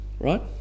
Right